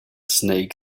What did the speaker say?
snake